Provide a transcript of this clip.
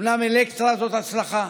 אומנם אלקטרה זו הצלחה,